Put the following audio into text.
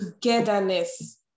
togetherness